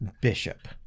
bishop